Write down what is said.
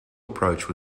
approach